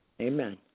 Amen